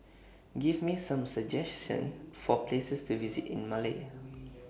Give Me Some suggestions For Places to visit in Male